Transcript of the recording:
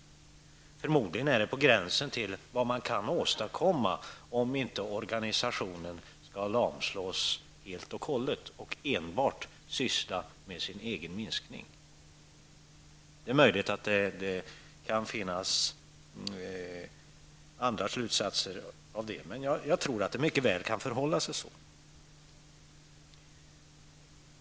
Förmodligen är det på gränsen till vad man kan åstadkomma, om inte organisationen skall lamslås helt och hållet och enbart ha att göra med sin egen minskning. Det är möjligt att det kan finnas andra slutsatser av det, men jag tror att det mycket väl kan förhålla sig så.